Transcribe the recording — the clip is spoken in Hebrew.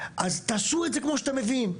אז תעשו את זה כמו שאתם מבינים.